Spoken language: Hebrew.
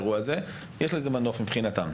יש לזה מנוף מבחינתם.